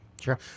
sure